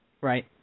Right